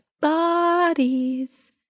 Bodies